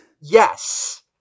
Yes